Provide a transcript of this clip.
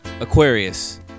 Aquarius